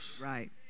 Right